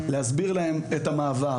להסביר להם את המעבר,